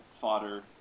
fodder